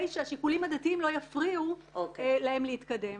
שהשיקולים הדתיים לא יפריעו להם להתקדם.